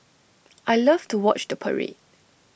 I love to watch the parade